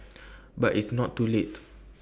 but it's not too late